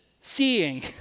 seeing